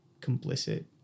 complicit